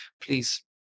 please